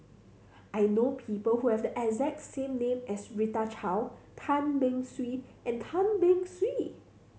I know people who have the exact same name as Rita Chao Tan Beng Swee and Tan Beng Swee